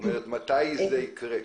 מתי זה יקרה?